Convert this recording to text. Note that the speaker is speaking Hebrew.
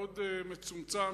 מאוד מצומצם,